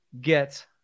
get